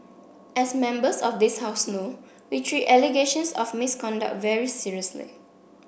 as members of this house know we treat allegations of misconduct very seriously